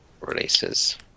releases